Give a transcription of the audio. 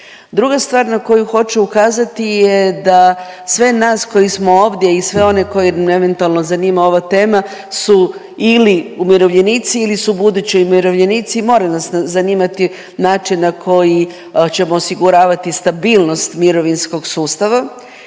Druga stvar na koju hoću ukazati je da sve nas koji smo ovdje i sve one koje eventualno zanima ova tema su ili umirovljenici ili su budući umirovljenici, mora nas zanimati način na koji ćemo osiguravati stabilnost mirovinskog sustava.